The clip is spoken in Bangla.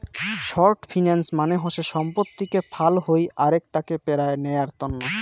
শর্ট ফিন্যান্স মানে হসে সম্পত্তিকে ফাল হই আরেক টাকে পেরায় নেয়ার তন্ন